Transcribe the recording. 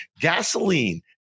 Gasoline